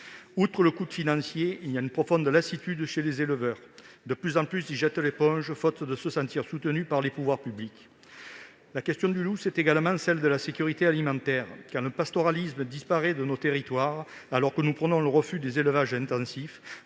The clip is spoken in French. Outre le coût financier, une profonde lassitude pèse sur les éleveurs. Ceux-ci sont de plus en plus nombreux à jeter l'éponge, faute de se sentir soutenus par les pouvoirs publics. La présence du loup pose également la question de la sécurité alimentaire. Quand le pastoralisme disparaît dans nos territoires, alors que nous prônons le refus des élevages intensifs,